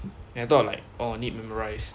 and I thought like orh need memorize